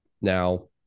Now